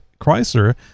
Chrysler